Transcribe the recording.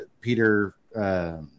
Peter